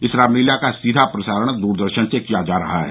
इस रामलीला का सीधा प्रसारण द्रदर्शन से किया जा रहा है